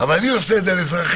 אבל אני עושה את זה על אזרחים.